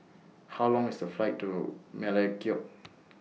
How Long IS The Flight to Melekeok